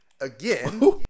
again